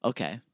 Okay